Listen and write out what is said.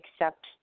accept